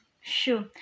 sure